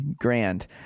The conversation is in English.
grand